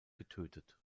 getötet